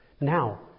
Now